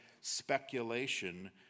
speculation